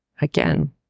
again